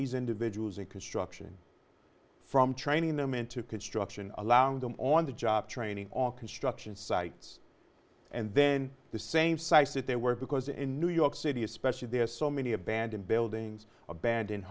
these individuals and construction from training them into construction allowing them on the job training on construction sites and then the same size that they were because in new york city especially there are so many abandoned buildings aband